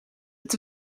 met